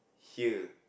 here